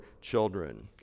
children